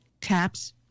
taps